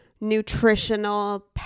nutritional